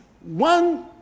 one